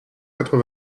quatre